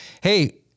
hey